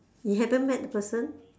we haven't met the person